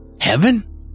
Heaven